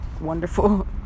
wonderful